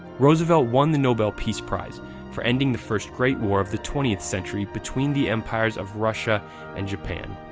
roosevelt won the nobel peace prize for ending the first great war of the twentieth century between the empires of russia and japan.